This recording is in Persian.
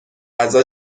غذا